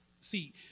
see